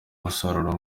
umusaruro